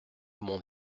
monde